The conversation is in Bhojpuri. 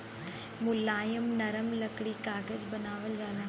मुलायम नरम लकड़ी से कागज बनावल जाला